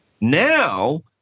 Now